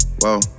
whoa